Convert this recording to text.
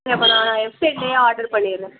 சரி அப்போ நான் நான் வெப்சைட்லேயே ஆர்ட்ரு பண்ணிடுறேன்